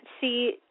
see